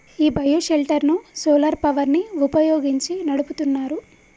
ఈ bio shelter ను solar power ని వుపయోగించి నడుపుతున్నారు